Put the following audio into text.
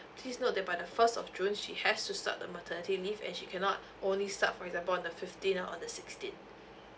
please note that by the first of june she has to start the maternity leave and she cannot only start for example on the fifteenth or on the sixteenth